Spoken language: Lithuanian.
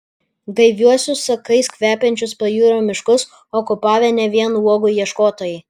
gaiviuosius sakais kvepiančius pajūrio miškus okupavę ne vien uogų ieškotojai